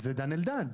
זה דן אלדד.